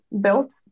built